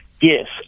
Yes